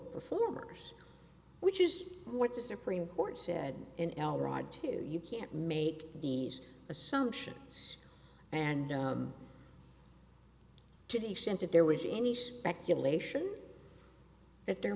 performers which is what the supreme court said in eldorado two you can't make these assumptions and to the extent that there was any speculation that there